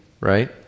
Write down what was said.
right